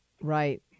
Right